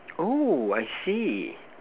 oh I see